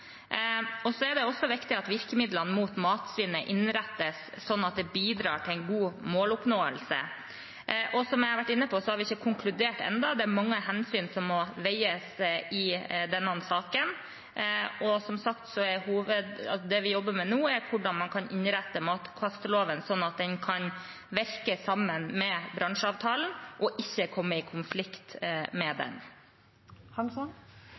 Så er det også viktig at virkemidlene mot matsvinnet innrettes sånn at det bidrar til en god måloppnåelse. Som jeg har vært inne på, har vi ikke konkludert ennå – det er mange hensyn som må veies opp mot hverandre i denne saken. Som sagt jobber vi nå med hvordan man kan innrette en matkastelov, sånn at den kan virke sammen med bransjeavtalen og ikke komme i konflikt med